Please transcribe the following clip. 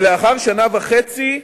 ולאחר שנה וחצי,